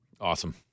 awesome